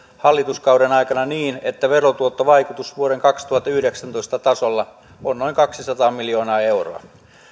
hallituskauden aikana niin että verotuottovaikutus vuoden kaksituhattayhdeksäntoista tasolla on noin kaksisataa miljoonaa euroa